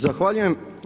Zahvaljujem.